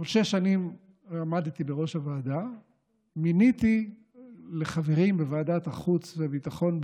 אבל שש שנים עמדתי בראש הוועדה ומיניתי לחברים בוועדת החוץ והביטחון,